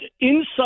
inside